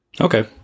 Okay